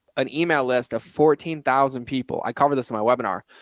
an email list of fourteen thousand people. i covered this in my webinar.